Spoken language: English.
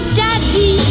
daddy